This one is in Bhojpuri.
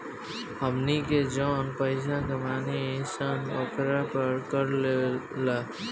हमनी के जौन पइसा कमानी सन ओकरा पर कर लागेला